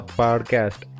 podcast